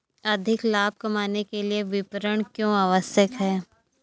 अधिक लाभ कमाने के लिए विपणन क्यो आवश्यक है?